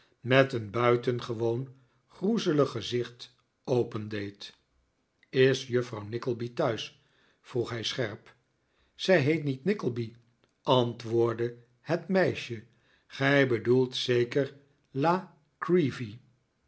met een buitengewoon groezelig gezicht opendeed is juffrou w nickleby thuis vroeg hij scherp zij heet niet nickleby antwoordde het meisje gij bedoelt zeker la creevy